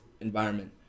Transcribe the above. environment